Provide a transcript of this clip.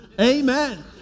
Amen